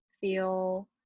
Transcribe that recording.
feel